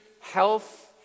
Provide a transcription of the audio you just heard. health